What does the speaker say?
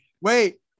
wait